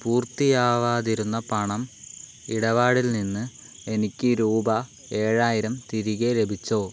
പൂർത്തിയാവാതിരുന്ന പണം ഇടപാടിൽ നിന്ന് എനിക്ക് രൂപ ഏഴായിരം തിരികെ ലഭിച്ചോ